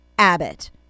Abbott